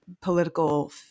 political